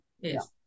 yes